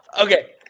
Okay